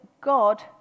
God